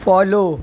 follow